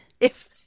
If-